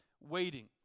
waiting